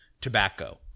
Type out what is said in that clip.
tobacco